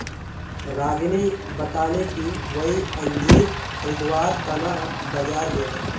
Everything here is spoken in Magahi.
रागिनी बताले कि वई अंजीर खरीदवार त न बाजार गेले